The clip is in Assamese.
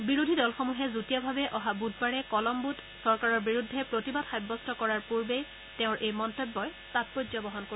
বিৰোধী দলসমূহে যুটীয়াভাৱে অহা বুধবাৰে কলস্বোত চৰকাৰৰ বিৰুদ্ধে প্ৰতিবাদ সাব্যস্ত কৰাৰ পূৰ্বে তেওঁ এই মন্তব্য প্ৰকাশ কৰে